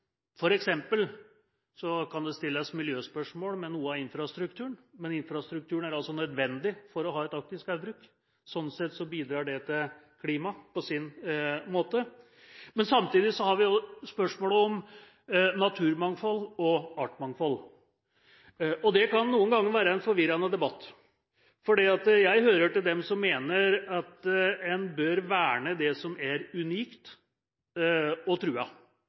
kan det stilles miljøspørsmål ved noe av infrastrukturen. Men infrastrukturen er nødvendig for å ha et aktivt skogbruk. Slik sett bidrar den til klimaet på sin måte. Samtidig har vi spørsmålet om naturmangfold og artsmangfold. Det kan noen ganger være en forvirrende debatt. Jeg hører til dem som mener at en bør verne det som er unikt og